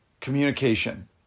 communication